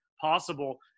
possible –